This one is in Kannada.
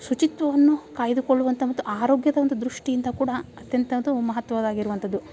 ಶುಚಿತ್ವವನ್ನು ಕಾಯ್ದುಕೊಳ್ಳುವಂಥ ಮತ್ತು ಆರೋಗ್ಯದ ಒಂದು ದೃಷ್ಟಿಯಿಂದ ಕೂಡ ಅತ್ಯಂತ ಅದು ಮಹತ್ವದಾಗಿ ಇರುವಂಥದ್ದು